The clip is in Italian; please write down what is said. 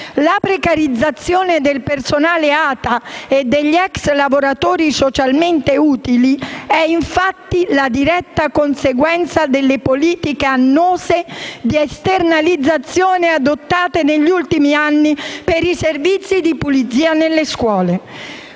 La precarizzazione del personale ATA e degli ex lavoratori socialmente utili è, infatti, diretta conseguenza delle politiche annose di esternalizzazione adottate negli ultimi anni per i servizi di pulizia nelle scuole.